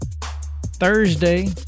Thursday